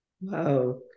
Wow